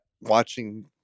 watching